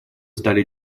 стали